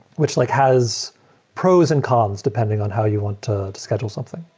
which like has pros and cons depending on how you want to schedule something.